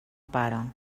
pare